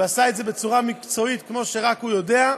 ועשה את זה בצורה מקצועית כמו שרק הוא יודע.